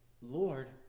Lord